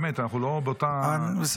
באמת, אנחנו לא באותה, הכול בסדר.